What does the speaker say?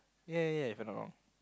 yeah yeah yeah if I'm not wrong